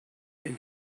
and